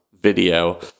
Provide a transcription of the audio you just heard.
video